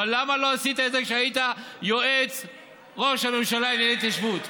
אבל למה לא עשית את זה כשהיית יועץ ראש הממשלה לענייני התיישבות?